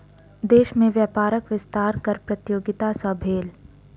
देश में व्यापारक विस्तार कर प्रतियोगिता सॅ भेल